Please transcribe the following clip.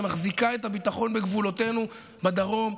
שמחזיקים את הביטחון בגבולותינו בדרום,